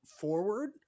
forward